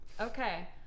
Okay